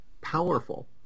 powerful